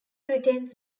retains